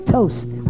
Toast